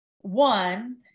One